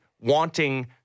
wanting